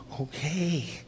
okay